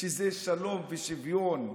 שזה שלום ושוויון.